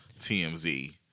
TMZ